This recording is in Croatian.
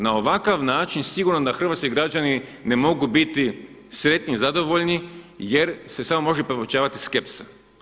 Na ovakav način sigurno da hrvatski građani ne mogu biti sretni i zadovoljni jer se samo može povećavati skepsa.